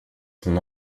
son